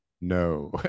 no